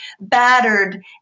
battered